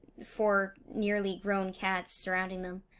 four nearly grown cats surrounding them.